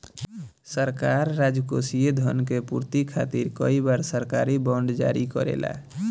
सरकार राजकोषीय धन के पूर्ति खातिर कई बार सरकारी बॉन्ड जारी करेला